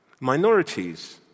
Minorities